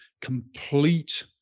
complete